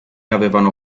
avevano